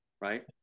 right